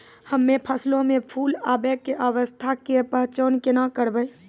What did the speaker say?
हम्मे फसलो मे फूल आबै के अवस्था के पहचान केना करबै?